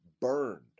burned